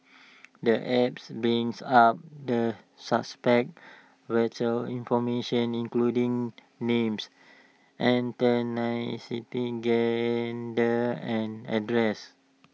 the apps brings up the suspect's vital information including names ethnicity gender and address